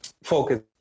focus